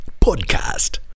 Podcast